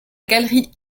galerie